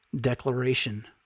declaration